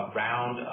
round